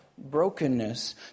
brokenness